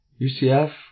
UCF